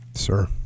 Sir